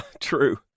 True